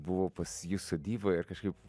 buvau pas jus sodyboj ir kažkaip